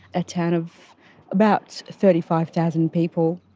a town of about thirty five thousand people.